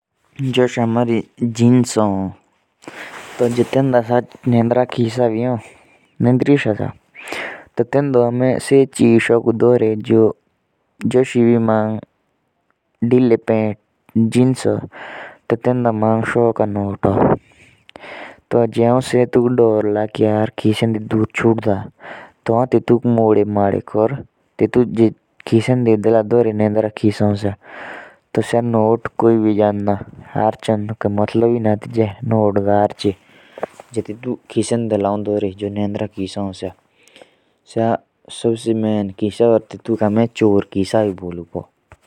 जुस हमारि जिनश होन तो तैंडा जो सा नेन्द्रिसा खिधा भी होन। तो तैंडो हमे सो चीज साकु धोर जुस एबी मंग धिली जिनश भी होन तो तैंडा मंग का नोत होन। जे हौन ते तुक डोरला की खिसे पोंडा छुट सोकौं तो हौन तेतु मोदी मडिकोरी तेतु खिशेन्डा धोरदा। तो सा सबसे में खिसा होन तेतुक हमे चोर खिशा भी बोलुपो।